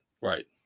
Right